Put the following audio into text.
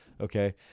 okay